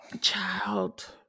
Child